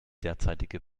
derzeitige